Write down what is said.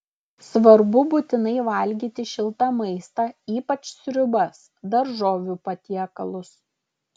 svarbu būtinai valgyti šiltą maistą ypač sriubas daržovių patiekalus